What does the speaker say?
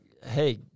Hey